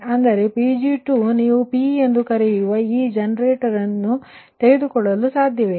ಅಂದರೆ Pg2ನೀವು Pಎಂದು ಕರೆಯುವ ಈ ಜನರೇಟರ್ ಅನ್ನು ತೆಗೆದುಕೊಳ್ಳಲು ಸಾಧ್ಯವಿಲ್ಲ